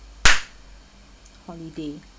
holiday